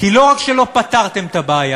כי לא רק שלא פתרתם את הבעיה,